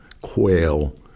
quail